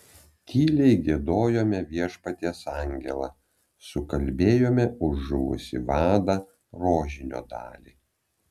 tyliai giedojome viešpaties angelą sukalbėjome už žuvusį vadą rožinio dalį